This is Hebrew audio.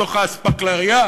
מתוך האספקלריה,